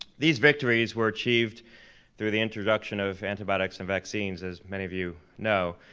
these victories were achieved through the introduction of antibiotics and vaccines, as many of you know.